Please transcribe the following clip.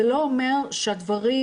זה לא אומר שהדברים,